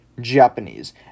Japanese